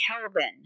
Kelvin